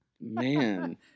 man